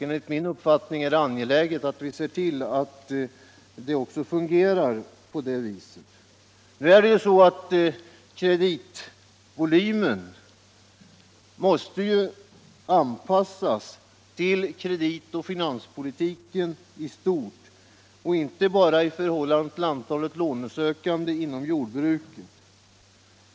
Enligt min uppfattning är det mera angeläget att se till att det också fungerar på det sättet. Nu är det ju så att kreditvolymen måste anpassas till kreditoch finanspolitiken i stort och inte bara i förhållande till antalet lånesökande inom jordbruket.